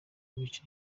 ibice